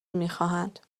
میخواهند